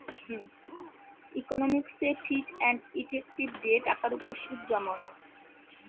ইকনমিকসে ফিচ and effective দিয়ে টাকার উপর সুদ জমানো